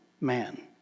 man